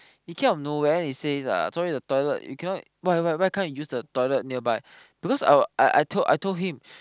he came out of nowhere he says uh sorry the toilet we cannot why why why can't you use the toilet nearby because I I I told I told him